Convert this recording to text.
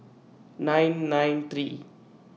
nine nine three